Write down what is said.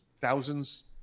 thousands